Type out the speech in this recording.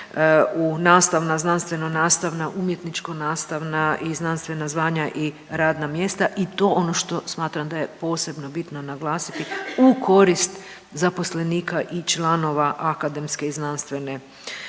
u nastavna, znanstveno-nastavna, umjetničko-nastavna i znanstvena zvanja i radna mjesta i to je ono što smatram da je posebno bitno naglasiti u korist zaposlenika i članova akademske i znanstvene